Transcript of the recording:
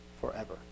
forever